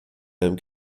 einem